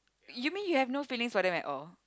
you mean you have no feelings for them at all